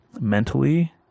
mentally